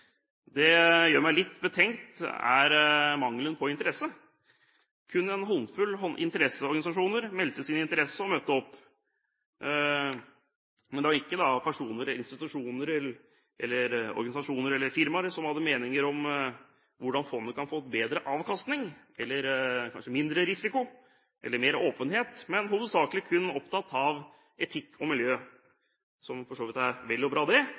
som gjør meg litt betenkt, er mangelen på interesse. Kun en håndfull interesseorganisasjoner meldte sin interesse og møtte opp. Det var ikke personer, institusjoner, organisasjoner eller firmaer som hadde meninger om hvordan fondet kan få bedre avkastning, eller kanskje mindre risiko, eller mer åpenhet; de var hovedsakelig opptatt av etikk og miljø, som for så vidt er vel og bra, men etter min mening burde det